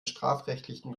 strafrechtlichen